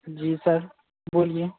जी sir बोलिए